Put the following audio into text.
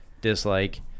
dislike